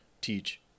teach